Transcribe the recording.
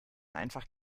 einfach